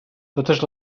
totes